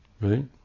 Right